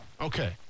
Okay